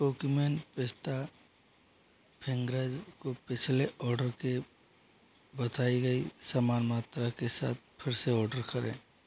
cookie man पिस्ता fingers को पिछले ऑर्डर के बताई गई समान मात्रा के साथ फिर से ऑडर करें